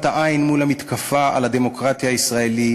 העין מול המתקפה על הדמוקרטיה הישראלית,